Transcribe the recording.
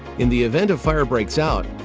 in the event a fire breaks out,